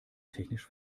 technisch